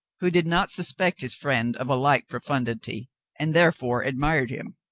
who did not suspect his friend of a like profundity and therefore admired him.